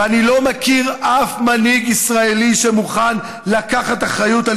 ואני לא מכיר אף מנהיג ישראלי שמוכן לקחת אחריות על